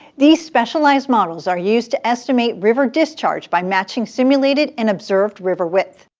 these specialized models are used to estimate river discharge by matching simulated and observed river width.